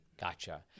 Gotcha